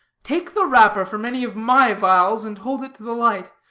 take the wrapper from any of my vials and hold it to the light,